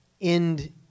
end